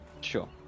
Sure